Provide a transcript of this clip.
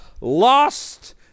lost